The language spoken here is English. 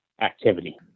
activity